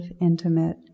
intimate